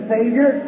Savior